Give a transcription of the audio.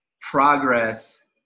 progress